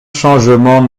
changement